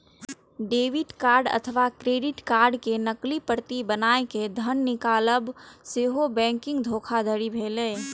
debit card अथवा credit card के नकली प्रति बनाय कें धन निकालब सेहो बैंकिंग धोखाधड़ी भेलै